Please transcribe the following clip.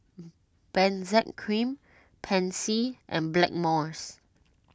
Benzac Cream Pansy and Blackmores